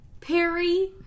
Perry